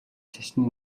шашны